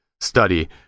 study